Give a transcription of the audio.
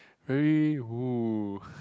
very